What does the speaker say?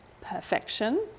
perfection